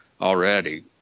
already